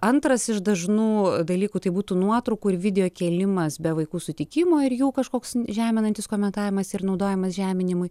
antras iš dažnų dalykų tai būtų nuotraukų ir video kėlimas be vaikų sutikimo ir jų kažkoks žeminantis komentavimas ir naudojamas žeminimui